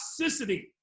toxicity